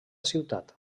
ciutat